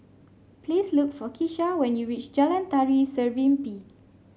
please look for Kesha when you reach Jalan Tari Serimpi